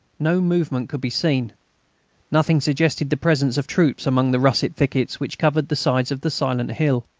no movement could be seen nothing suggested the presence of troops among the russet thickets which covered the sides of the silent hill.